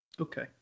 Okay